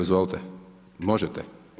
Izvolite, možete.